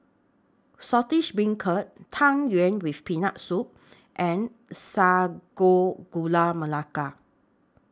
Saltish Beancurd Tang Yuen with Peanut Soup and Sago Gula Melaka